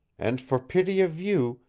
and for pity of you,